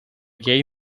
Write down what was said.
gave